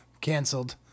canceled